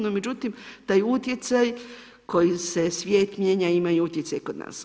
No međutim, taj utjecaj koji se svijet mijenja ima i utjecaj kod nas.